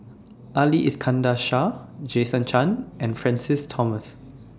Ali Iskandar Shah Jason Chan and Francis Thomas